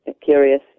curious